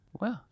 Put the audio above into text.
Wow